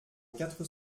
quatre